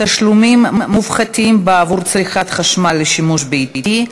תשלומים מופחתים בעבור צריכת חשמל לשימוש ביתי),